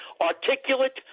articulate